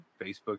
Facebook